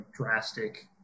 drastic